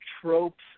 tropes